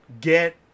get